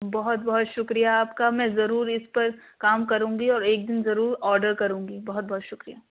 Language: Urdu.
بہت بہت شکریہ آپ کا میں ضرور اس پر کام کروں گی اور ایک دن ضرور آڈر کروں گی بہت بہت شکریہ